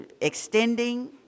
extending